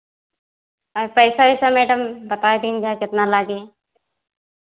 अए पैसा वैसा मैडम बताए दीन जाए कितना लागी